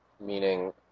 meaning